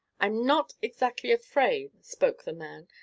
i'm not exactly afraid, spoke the man.